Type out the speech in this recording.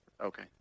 Okay